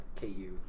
KU